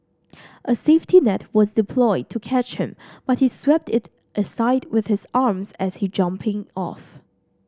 a safety net was deployed to catch him but he swept it aside with his arms as he jumping off